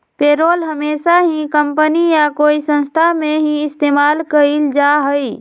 payroll हमेशा ही company या कोई संस्था में ही इस्तेमाल कइल जाहई